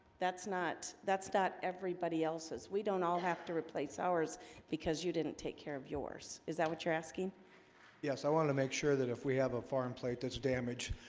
that's not that's not everybody else's. we don't all have to replace ours because you didn't take care of yours is that what you're asking yes, i wanted to make sure that if we have a foreign plate. that's damaged.